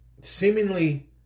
seemingly